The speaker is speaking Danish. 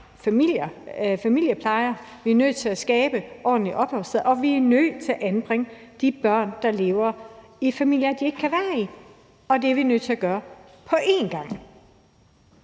familieplejer, vi er nødt til at skabe ordentlige opholdssteder, og vi er nødt til at anbringe de børn, der lever i familier, de ikke kan være i. Og det er vi nødt til at gøre på en gang.